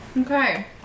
Okay